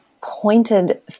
pointed